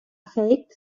faked